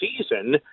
season